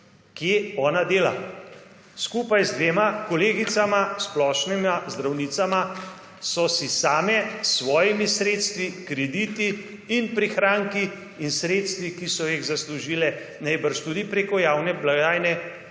Kje ona dela? Skupaj z dvema kolegicama, splošnima zdravnicama so si same s svojimi sredstvi, krediti in prihranki in s sredstvi, ki so jih zaslužile verjetno tudi preko javne blagajne,